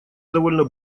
довольно